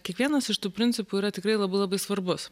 kiekvienas iš tų principų yra tikrai labai labai svarbus